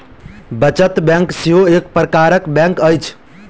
बचत बैंक सेहो एक प्रकारक बैंक अछि